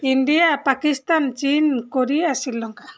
India Pakistan China Korea Sri Lanka